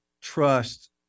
trust